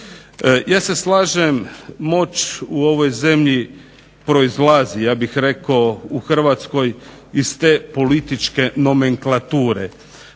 Ja se slažem, moć u ovoj zemlji proizlazi ja bih rekao u Hrvatskoj iz te političke nomenklature.